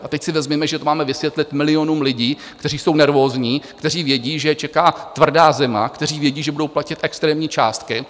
A teď si vezměme, že to máme vysvětlit milionům lidí, kteří jsou nervózní, kteří vědí, že je čeká tvrdá zima, kteří vědí, že budou platit extrémní částky.